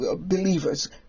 believers